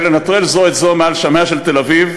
לנטרל זו את זו מעל שמיה של תל-אביב.